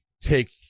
take